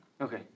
Okay